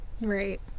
right